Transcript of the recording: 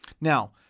Now